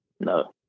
No